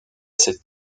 cette